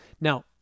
now